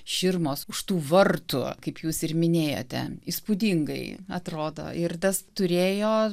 širmos už tų vartų kaip jūs ir minėjote įspūdingai atrodo ir tas turėjo